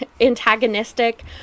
antagonistic